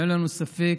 אין לנו ספק